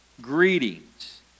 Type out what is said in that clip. Greetings